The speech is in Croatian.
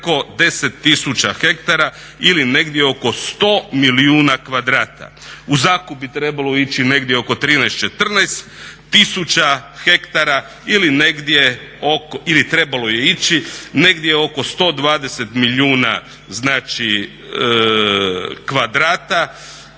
10.000 hektara ili negdje oko 100 milijuna kvadrat. U zakup bi trebalo ići negdje oko 13, 14.000 hektara ili trebalo je ići negdje oko 120 milijuna kvadrata